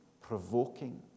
provoking